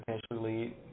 potentially